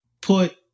put